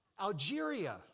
Algeria